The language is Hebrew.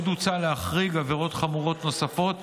עוד הוצע להחריג עבירות חמורות נוספות,